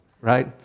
Right